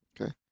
Okay